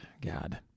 God